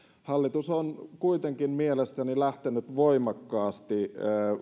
hallitus on kuitenkin mielestäni lähtenyt voimakkaasti